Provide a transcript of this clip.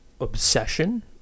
obsession